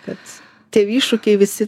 kad tie iššūkiai visi